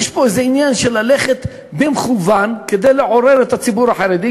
יש פה איזה עניין של ללכת במכוון כדי לעורר את הציבור החרדי,